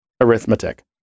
arithmetic